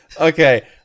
Okay